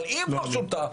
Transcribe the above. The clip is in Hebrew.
אבל אם כבר שונתה,